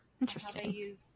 interesting